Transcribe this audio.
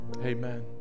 amen